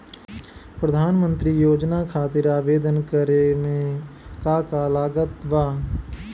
प्रधानमंत्री योजना खातिर आवेदन करे मे का का लागत बा?